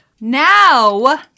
now